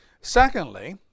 Secondly